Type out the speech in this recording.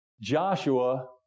Joshua